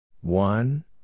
One